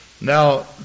Now